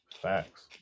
Facts